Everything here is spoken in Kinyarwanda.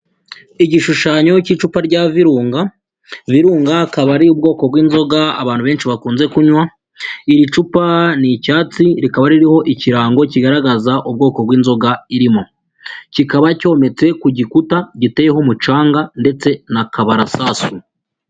Igishushanyo cy'icupa rya Virunga, Virunga akaba ari ubwoko bw'inzoga abantu benshi bakunze kunywa, iri cupa ni icyatsi rikaba ririho ikirango kigaragaza ubwoko bw'inzoga irimo, kikaba cyometse ku gikuta giteyeho umucanga ndetse na kabarasasu.